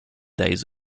days